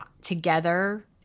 together